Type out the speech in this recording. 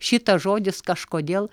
šitas žodis kažkodėl